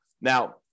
Now